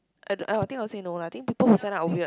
I'd I think I will say no lah I think people who sign up are weird